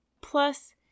Plus